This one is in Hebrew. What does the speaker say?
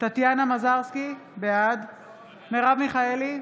טטיאנה מזרסקי, בעד מרב מיכאלי,